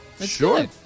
sure